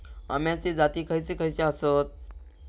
अम्याचे जाती खयचे खयचे आसत?